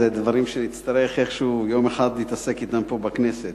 אלה דברים שנצטרך איכשהו יום אחד להתעסק אתם פה בכנסת.